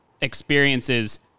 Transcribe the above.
experiences